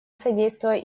содействуя